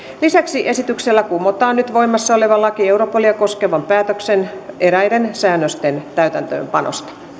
lisäksi esityksellä kumotaan nyt voimassa oleva laki europolia koskevan päätöksen eräiden säännösten täytäntöönpanosta